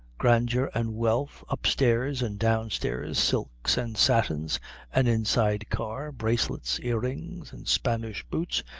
grandeur an' wealth up stairs and down stairs silks-an' satins an inside car bracelets, earrings, and spanish boots,